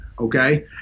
Okay